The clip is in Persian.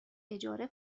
اجاره